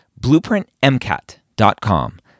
BlueprintMCAT.com